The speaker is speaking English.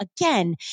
again